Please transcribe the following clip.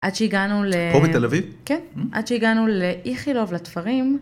עד שהגענו ל.. פה בתל אביב? כן, עד שהגענו לאיכילוב לתפרים.